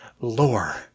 lore